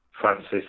Francis